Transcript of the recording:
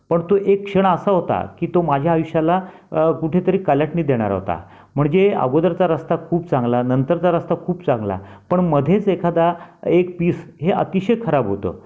पण तो एक क्षण असा होता की तो माझ्या आयुष्याला कुठेतरी कलाटणी देणारा होता म्हणजे अगोदरचा रस्ता खूप चांगला नंतरचा रस्ता खूप चांगला पण मध्येच एखादा एक पीस हे अतिशय खराब होतं